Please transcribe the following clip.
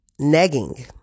negging